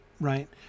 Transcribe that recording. right